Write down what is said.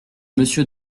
monsieur